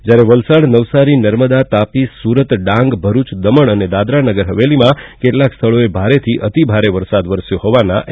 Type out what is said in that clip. જ્યારે વલસાડ નવસારી નર્મદા તાપી સુરત ડાંગ ભરૂચ દમણ અને દાદરા નગર હવેલીમાં કેટલાંક સ્થળોએ ભારેથી અતિભારે વરસાદ વરસ્યો હોવાના અહેવાલ છે